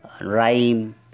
rhyme